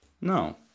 No